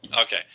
Okay